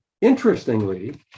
interestingly